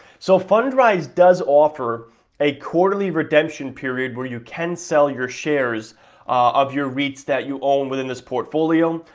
so, fundrise does offer a quarterly redemption period where you can sell your shares of your reits that you own within this portfolio,